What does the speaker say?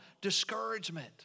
discouragement